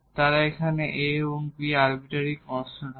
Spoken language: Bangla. তারা এখানে a এবং b আরবিটারি কনস্ট্যান্ট হবে